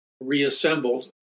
reassembled